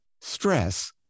Stress